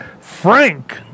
Frank